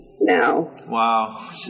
Wow